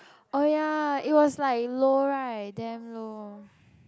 oh ya it was like low right damn low